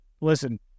listen